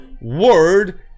word